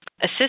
assist